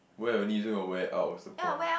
wear only you're still gonna wear out what's the point